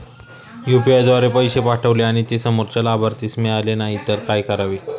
UPI द्वारे पैसे पाठवले आणि ते समोरच्या लाभार्थीस मिळाले नाही तर काय करावे?